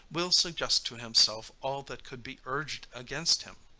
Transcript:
will suggest to himself all that could be urged against him.